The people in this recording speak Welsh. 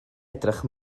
edrych